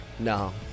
No